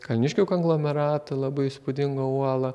kalniškių konglomeratų labai įspūdingą uolą